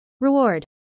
Reward